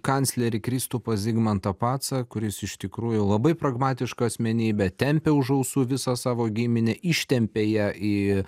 kanclerį kristupą zigmantą pacą kuris iš tikrųjų labai pragmatiška asmenybė tempė už ausų visą savo giminę ištempė ją į